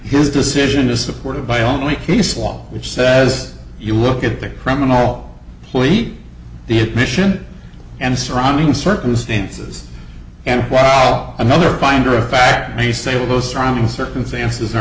his decision is supported by only case law which says you look at the criminal pleat the admission and the surrounding circumstances and while another finder of fact may say all those surrounding circumstances are